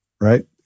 right